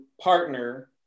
partner